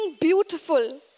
beautiful